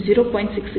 அது 0